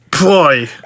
Boy